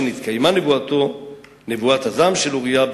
שנתקיימה נבואת הזעם של אוריה,